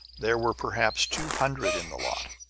there were perhaps two hundred in the lot,